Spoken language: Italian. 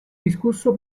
discusso